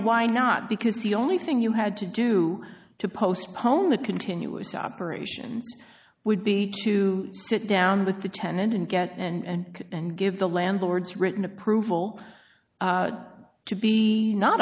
why not because the only thing you had to do to postpone a continuous operation would be to sit down with the tenant and get and give the landlords written approval to be not